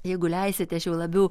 jeigu leisite aš jau labiau